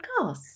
podcasts